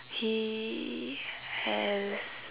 he has